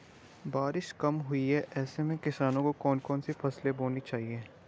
बारिश कम हुई है ऐसे में किसानों को कौन कौन सी फसलें बोनी चाहिए?